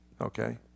okay